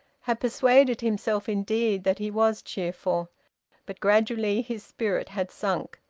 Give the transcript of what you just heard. had persuaded himself indeed that he was cheerful but gradually his spirit had sunk,